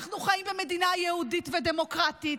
אנחנו חיים במדינה יהודית ודמוקרטית,